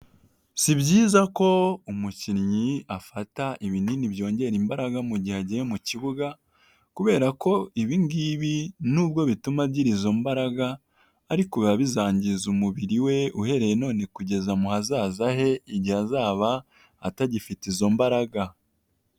Si byiza ko umukinnyi afata ibinini byongera imbaraga mu gihe agiye mu kibugam, kubera ko ibingibi nubwo bituma agira izo mbaraga, ariko biba bizangiza umubiri we, uhereye none, kugeza mu hazaza he, igihe azaba atagifite izo mbaraga.